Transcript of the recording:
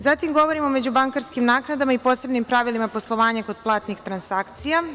Zatim, govorimo o međubankarskim naknadama i posebnim pravilima poslovanja kod platnih transakcija.